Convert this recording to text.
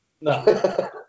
No